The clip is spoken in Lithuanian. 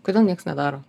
kodėl nieks nedaro